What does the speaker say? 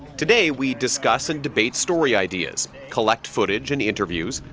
today, we discuss and debate story ideas. collect footage and interviews.